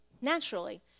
naturally